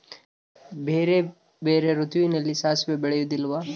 ಬೇರೆ ಬೇರೆ ಋತುವಿನಲ್ಲಿ ಸಾಸಿವೆ ಬೆಳೆಯುವುದಿಲ್ಲವಾ?